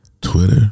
Twitter